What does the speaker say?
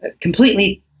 completely